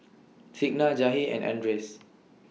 Signa Jahir and Andres